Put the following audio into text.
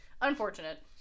Unfortunate